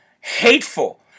hateful